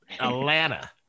Atlanta